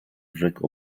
rzekł